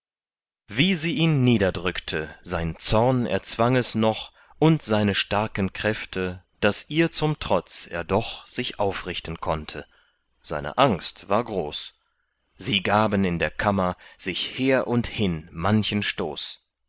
wie sie ihn niederdrückte sein zorn erzwang es noch und seine starken kräfte daß ihr zum trotz er doch sich aufrichten konnte seine angst war groß sie gaben in der kammer sich her und hin manchen stoß